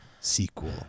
sequel